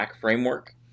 framework